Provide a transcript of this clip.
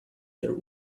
there